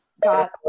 got